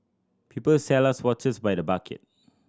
people sell us watches by the bucket